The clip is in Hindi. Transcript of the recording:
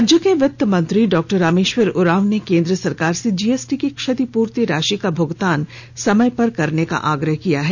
राज्य के वित्त मंत्री डॉ रामेश्वर उरांव ने केंद्र सरकार से जीएसटी की क्षतिपूर्ति राशि का भुगतान समय पर करने का आग्रह किया है